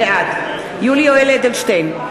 בעד יולי יואל אדלשטיין,